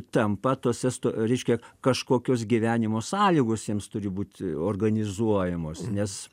tampa tose sto reiškia kažkokios gyvenimo sąlygos jiems turi būt organizuojamos nes